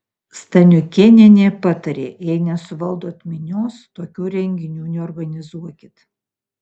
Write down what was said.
staniukėnienė patarė jei nesuvaldot minios tokių renginių neorganizuokit